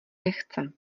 nechce